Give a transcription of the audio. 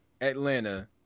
Atlanta